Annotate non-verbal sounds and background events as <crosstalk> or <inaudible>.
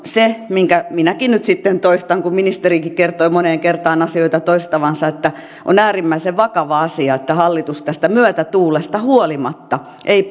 minkä minäkin nyt sitten toistan kun ministerikin kertoi moneen kertaan asioita toistavansa että on äärimmäisen vakava asia että hallitus tästä myötätuulesta huolimatta ei <unintelligible>